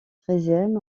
treizième